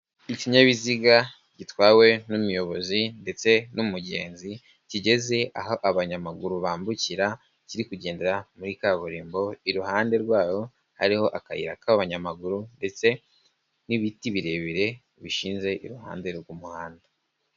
Ikinyabiziga gitwawe n'umuyobozi ndetse n'umugenzi kigeze aho abanyamaguru bambukira kiri kugendera muri kaburimbo iruhande rwayo hariho akayira k'abanyamaguru ndetse n'ibiti birebire bishinze iruhande rw'umuhanda.